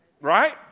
Right